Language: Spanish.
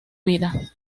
vida